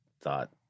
thought